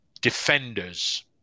defenders